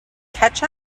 catch